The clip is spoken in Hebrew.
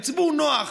הוא ציבור נוח.